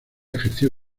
ejerció